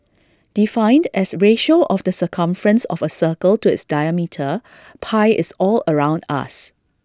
defined as ratio of the circumference of A circle to its diametre pi is all around us